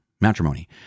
matrimony